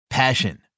Passion